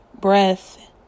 breath